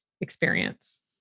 experience